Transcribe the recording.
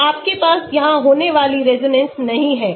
तो आपके पास यहां होने वाली रेजोनेंस नहीं है